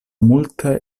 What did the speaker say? multe